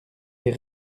les